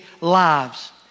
lives